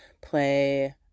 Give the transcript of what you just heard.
play